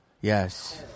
Yes